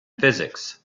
physics